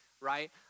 right